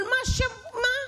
אבל מה?